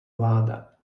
vláda